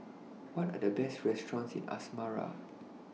What Are The Best restaurants in Asmara